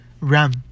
RAM